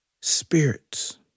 Spirits